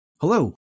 Hello